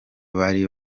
bari